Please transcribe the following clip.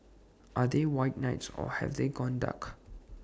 are they white knights or have they gone dark